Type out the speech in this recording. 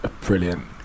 brilliant